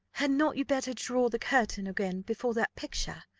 had not you better draw the curtain again before that picture,